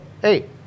hey